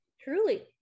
Truly